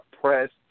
pressed